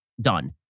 done